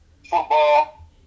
football